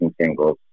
singles